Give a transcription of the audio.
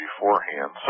beforehand